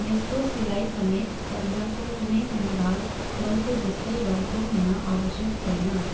यसको सिलाइ समेत पन्जाको कुनै पनि भाग बलको जस्तै रङको हुन आवश्यक छैन